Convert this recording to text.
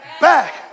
back